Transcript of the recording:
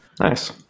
Nice